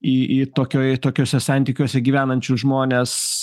į į tokioj tokiuose santykiuose gyvenančius žmones